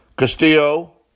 Castillo